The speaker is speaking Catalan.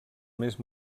més